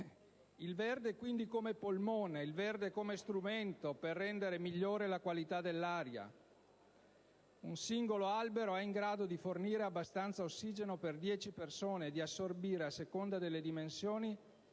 Il verde quindi come polmone, il verde come strumento per rendere migliore la qualità dell'aria: un singolo albero è in grado di fornire abbastanza ossigeno per dieci persone e di assorbire, a seconda delle dimensioni,